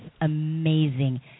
amazing